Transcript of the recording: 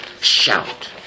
shout